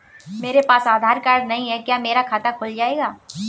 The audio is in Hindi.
मेरे पास आधार कार्ड नहीं है क्या मेरा खाता खुल जाएगा?